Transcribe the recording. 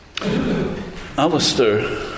Alistair